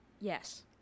Yes